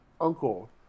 uncle